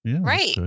Right